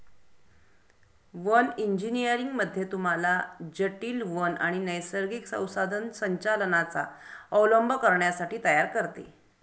one engineering मध्ये तुम्हाला जटील वन आणि नैसर्गिक संसाधन संचालनाचा अवलंब करण्यासाठी तयार करते